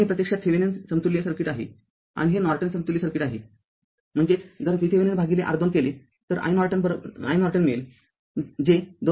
तरहे प्रत्यक्षात थेविनिन समतुल्य आहे आणि हे नॉर्टन समतुल्य आहे म्हणजेचजर VThevenin भागिले R२ केले तर iNorton मिळेल जे २